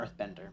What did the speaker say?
earthbender